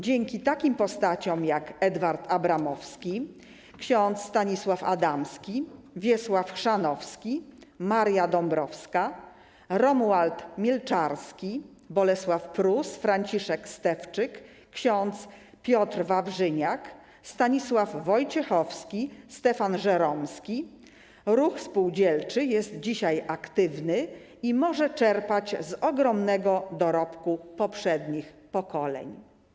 Dzięki takim postaciom, jak Edward Abramowski, ks. Stanisław Adamski, Wiesław Chrzanowski, Maria Dąbrowska, Romuald Mielczarski, Bolesław Prus, Franciszek Stefczyk, ks. Piotr Wawrzyniak, Stanisław Wojciechowski, Stefan Żeromski, ruch spółdzielczy jest dzisiaj aktywny i może czerpać z ogromnego dorobku poprzednich pokoleń.